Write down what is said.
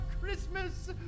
Christmas